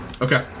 Okay